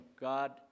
God